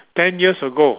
ten years ago